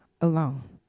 alone